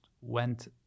went